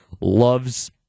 loves